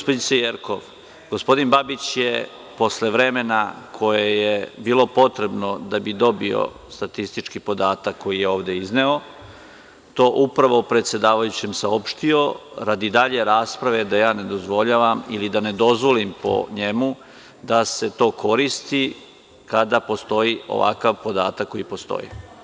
Gospođice Jerkov, gospodin Babić je vremena koje je bilo potrebno da bi dobio statistički podatak koji je ovde izneo, to upravo predsedavajućem saopštio radi dalje rasprave, da ja ne dozvoljavam ili da ne dozvolim po njemu da se to koristi, kada postoji ovakav podatak koji postoji.